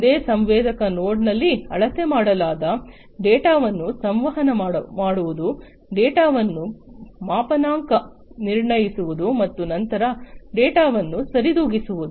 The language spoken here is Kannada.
ಒಂದೇ ಸಂವೇದಕ ನೋಡ್ನಲ್ಲಿ ಅಳತೆ ಮಾಡಲಾದ ಡೇಟಾವನ್ನು ಸಂವಹನ ಮಾಡುವುದು ಡೇಟಾವನ್ನು ಮಾಪನಾಂಕ ನಿರ್ಣಯಿಸುವುದು ಮತ್ತು ನಂತರ ಡೇಟಾವನ್ನು ಸರಿದೂಗಿಸುವುದು